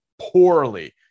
poorly